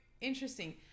interesting